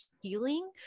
healing